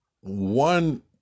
One